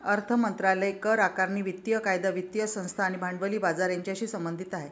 अर्थ मंत्रालय करआकारणी, वित्तीय कायदा, वित्तीय संस्था आणि भांडवली बाजार यांच्याशी संबंधित आहे